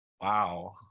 Wow